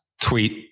tweet